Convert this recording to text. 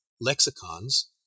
lexicons